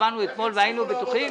שהצבענו אתמול והיינו בטוחים